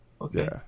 okay